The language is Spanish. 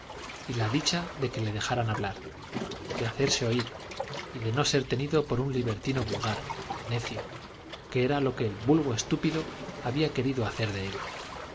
y la dicha de que le dejaran hablar de hacerse oír y de no ser tenido por un libertino vulgar necio que era lo que el vulgo estúpido había querido hacer de él